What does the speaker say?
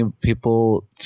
people